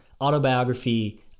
autobiography